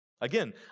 Again